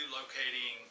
locating